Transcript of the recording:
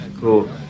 Cool